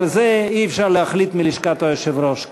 אבל זה אי-אפשר להחליט מלשכת היושב-ראש.